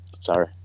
Sorry